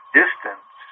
distance